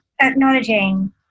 acknowledging